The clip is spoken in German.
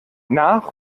nach